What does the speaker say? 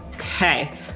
Okay